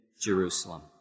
Jerusalem